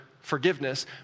forgiveness